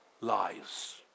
lives